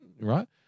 right